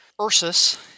Ursus